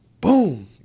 boom